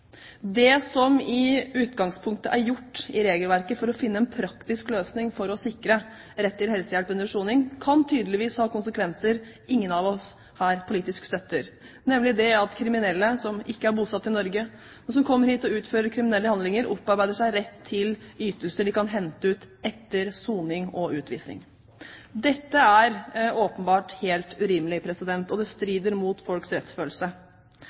Det som i utgangspunktet er gjort i regelverket for å finne en praktisk løsning for å sikre rett til helsehjelp under soning, kan tydeligvis ha konsekvenser som ingen av oss politisk støtter, nemlig at kriminelle som ikke er bosatt i Norge, og som kommer hit og utfører kriminelle handlinger, opparbeider seg rett til ytelser de kan hente ut etter endt soning og utvisning. Dette er åpenbart helt urimelig, og det strider mot folks rettsfølelse.